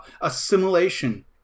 Assimilation